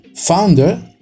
founder